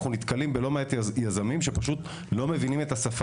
אנחנו נתקלים בלא מעט יזמים שפשוט לא מבינים את השפה